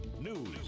News